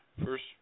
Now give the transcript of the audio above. First